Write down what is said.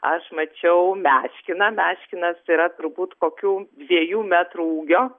aš mačiau meškiną meškinas yra turbūt kokių dviejų metrų ūgio